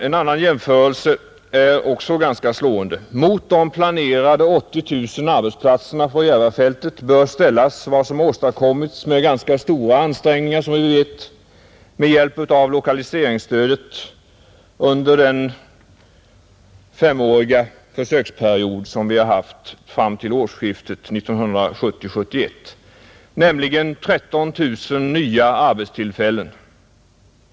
En annan jämförelse är också ganska slående, Mot de planerade 80 000 arbetsplatserna på Järvafältet bör ställas vad som åstadkommits med ganska stora ansträngningar, som vi vet, med hjälp av lokaliseringsstödet under den femåriga försöksperiod som vi haft fram till årsskiftet 1970-1971, nämligen 13 000 nya arbetstillfällen.